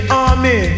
army